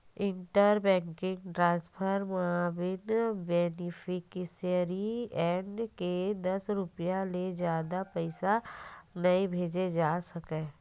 inter banking transfer म बिन beneficiary add करे दस रूपिया ले जादा के पइसा नइ भेजे जा सकय